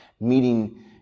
Meeting